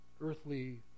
earthly